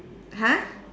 !huh!